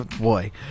Boy